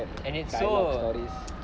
and it's so